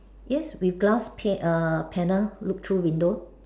yes with glass pa~ err panel look through window